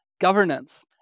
Governance